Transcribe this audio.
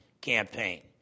campaign